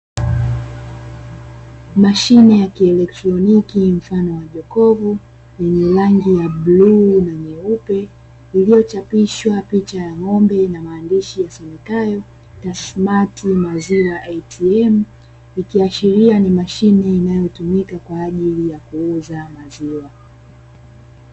Mashine ya kieletroniki mfano wa jokofu, lenye rangi ya bluu na nyeupe, lililochapishwa picha ya ng'ombe na maandishi yasomekayo "TASMATI MAZIWA ATM" likiashiria ni mashine inayotumika kwa ajili ya kuuza maziwa.